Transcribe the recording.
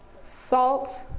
salt